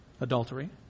adultery